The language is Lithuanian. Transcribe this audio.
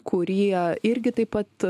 kurie irgi taip pat